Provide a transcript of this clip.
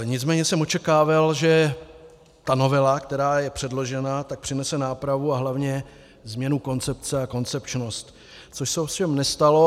Nicméně jsem očekával, že novela, která je předložena, přinese nápravu a hlavně změnu koncepce a koncepčnost, což se ovšem nestalo.